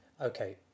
okay